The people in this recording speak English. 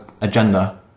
agenda